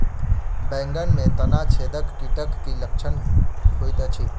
बैंगन मे तना छेदक कीटक की लक्षण होइत अछि?